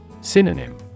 Synonym